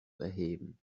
erheben